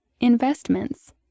Investments